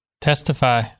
Testify